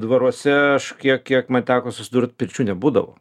dvaruose aš kiek kiek man teko susidurt pirčių nebūdavo